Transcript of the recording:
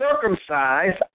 circumcised